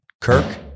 kirk